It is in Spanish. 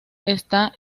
está